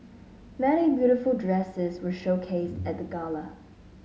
many beautiful dresses were showcased at the gala